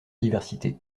diversité